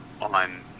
on